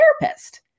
therapist